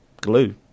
glue